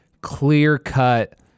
clear-cut